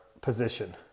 position